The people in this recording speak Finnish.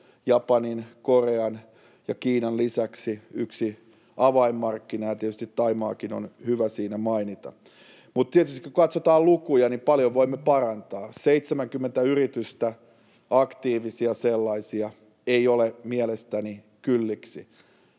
Japanin, Korean ja Kiinan lisäksi yksi avainmarkkina, ja tietysti Thaimaakin on hyvä siinä mainita. Tietysti, kun katsotaan lukuja, niin paljon voimme parantaa: 70 yritystä, aktiivisia sellaisia, ei ole mielestäni kylliksi.